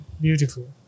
beautiful